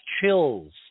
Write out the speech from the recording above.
chills